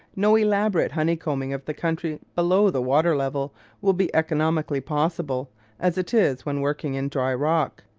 no elaborate honeycombing of the country below the water-level will be economically possible as it is when working in dry rock.